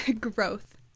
Growth